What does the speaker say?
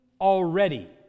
already